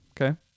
Okay